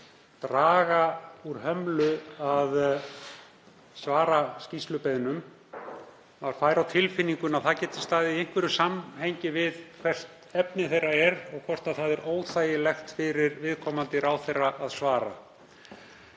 dregur úr hömlu að svara skýrslubeiðnum. Maður fær á tilfinninguna að það geti staðið í einhverju samhengi við hvert efni þeirra er og hvort það er óþægilegt fyrir viðkomandi ráðherra að svara.